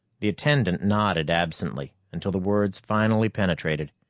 the attendant nodded absently, until the words finally penetrated.